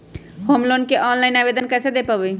Home loan के online आवेदन कैसे दें पवई?